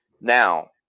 Now